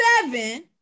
seven